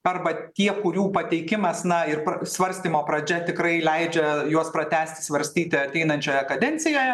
arba tie kurių pateikimas na ir svarstymo pradžia tikrai leidžia juos pratęsti svarstyti ateinančioje kadencijoje